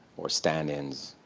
or stand-ins,